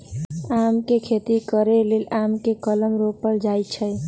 आम के खेती करे लेल आम के कलम रोपल जाइ छइ